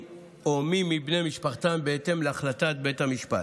או מי מבני משפחתם בהתאם להחלטת בית המשפט.